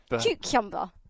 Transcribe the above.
Cucumber